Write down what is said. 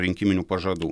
rinkiminių pažadų